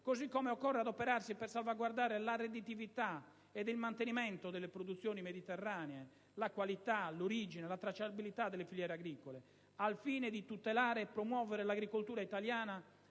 Così come occorre adoperarsi per salvaguardare la redditività ed il mantenimento delle produzioni mediterranee, la qualità, l'origine e la tracciabilità delle filiere agricole. Al fine di tutelare e promuovere l'agricoltura italiana